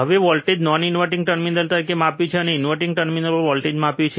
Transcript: હવે અમે વોલ્ટેજને નોન ઇન્વર્ટીંગ ટર્મિનલ તરીકે માપ્યું છે અમે ઇનવર્ટીંગ ટર્મિનલ પર વોલ્ટેજ માપ્યું છે